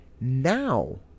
now